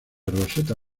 roseta